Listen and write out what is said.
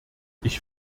ich